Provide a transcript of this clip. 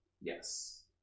Yes